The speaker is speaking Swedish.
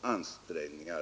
ansträngningar.